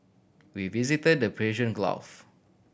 we visited the Persian Gulf